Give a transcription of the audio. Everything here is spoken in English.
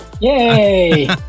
Yay